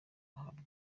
bahabwa